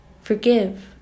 Forgive